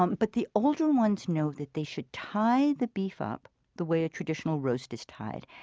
um but the older ones know that they should tie the beef up the way a traditional roast is tied,